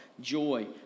joy